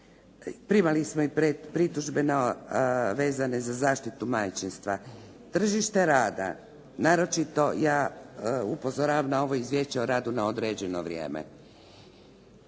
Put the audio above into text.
Primali smo i pritužbe vezane za zaštitu majčinstva. Tržište rada, naročito ja upozoravam na ovo izvješće o radu na određeno vrijeme.